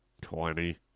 Twenty